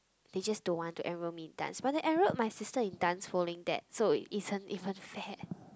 they just don't want to enroll me in dance but they enrolled my sister in dance following that so is un~ is unfair